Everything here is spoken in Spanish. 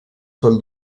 sol